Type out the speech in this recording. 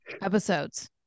episodes